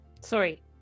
Sorry